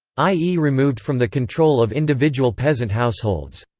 i e. removed from the control of individual peasant households.